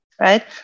right